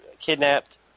kidnapped